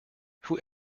who